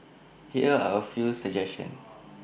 here are A few suggestions